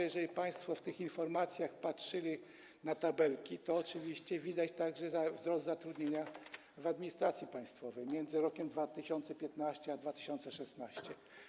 Jeżeli państwo w tych informacjach patrzyli na tabelki, to oczywiście zobaczyli także wzrost zatrudnienia w administracji państwowej między rokiem 2015 a rokiem 2016.